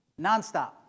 Nonstop